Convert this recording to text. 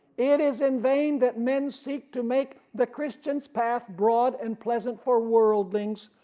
it is in vain that men seek to make the christians path broad and pleasant for worldlings.